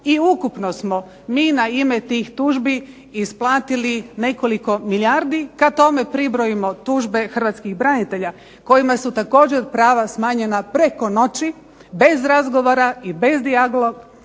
i ukupno smo mi na ime tih tužbi isplatili nekoliko milijardi. Kad tome pribrojimo tužbe hrvatskih braniteljima kojima su također prava smanjena preko noći, bez razgovora i bez dijaloga